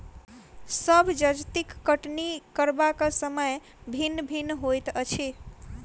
सभ जजतिक कटनी करबाक समय भिन्न भिन्न होइत अछि